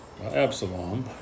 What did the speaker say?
Absalom